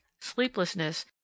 sleeplessness